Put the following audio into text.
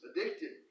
Addicted